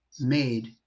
made